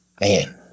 man